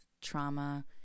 trauma